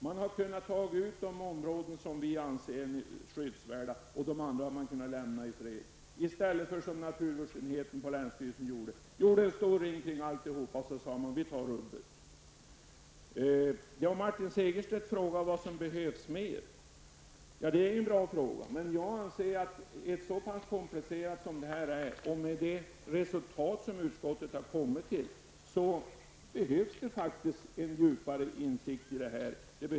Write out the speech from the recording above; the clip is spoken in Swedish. Man hade kunnat föra undan de områden som vi anser skyddsvärda och lämnat de andra områdena i fred, i stället för att göra som naturvårdsenheten på länsstyrelsen, som gjorde en stor ring runt hela området och tog med hela rubbet. Martin Segerstedt undrade vad mer som behövs. Det var en bra fråga. Jag anser att detta är en komplicerad materia och med det resultat som utskottet har kommit fram till behöver insikten faktiskt fördjupas.